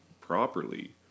properly